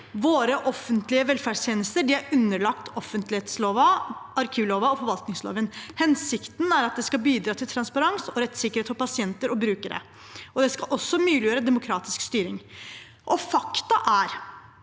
Våre offentlige velferdstjenester er underlagt offentlighetsloven, arkivloven og forvaltningsloven. Hensikten er at det skal bidra til transparens og rettssikkerhet for pasienter og brukere. Det skal også muliggjøre demokratisk styring. Fakta er